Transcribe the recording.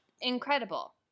Incredible